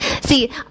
See